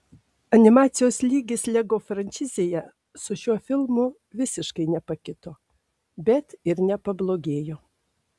animacijos lygis lego frančizėje su šiuo filmu visiškai nepakito bet ir nepablogėjo